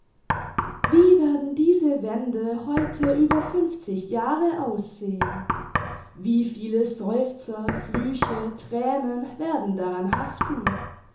wie werden diese wände heute über fünfzig jahre aussehen wie viele seufzer flüche thränen werden daran haften